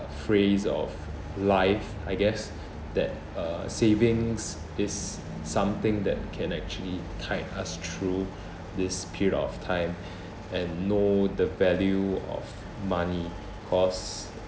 phrase of life I guess that uh savings is something that can actually tide us through this period of time and know the value of money cause